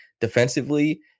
Defensively